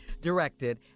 directed